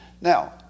Now